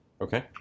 Okay